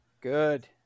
Good